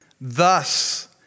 thus